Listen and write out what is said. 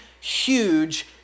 huge